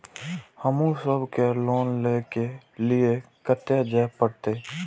हमू सब के लोन ले के लीऐ कते जा परतें?